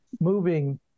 moving